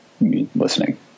listening